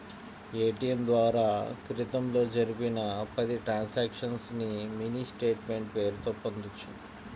ATM ద్వారా క్రితంలో జరిపిన పది ట్రాన్సక్షన్స్ ని మినీ స్టేట్ మెంట్ పేరుతో పొందొచ్చు